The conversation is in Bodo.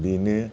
बेनो